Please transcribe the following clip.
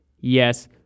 Yes